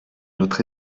notre